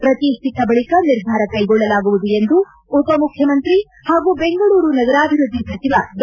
ಪ್ರತಿ ಸಿಕ್ಕ ಬಳಿಕ ನಿರ್ಧಾರ ಕೈಗೊಳ್ಳಲಾಗುವುದು ಎಂದು ಉಪಮುಖ್ಯಮಂತ್ರಿ ಹಾಗೂ ಬೆಂಗಳೂರು ನಗರಾಭಿವೃದ್ಧಿ ಸಚಿವ ಡಾ